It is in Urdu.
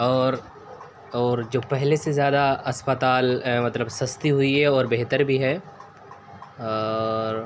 اور اور جو پہلے سے زیادہ اسپتال مطلب سستی ہوئی ہے اور بہتر بھی ہے اور